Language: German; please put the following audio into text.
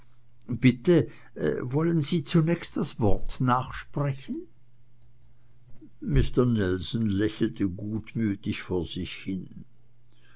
bitte wollen sie zunächst das wort nachsprechen mister nelson lächelte gutmütig vor sich hin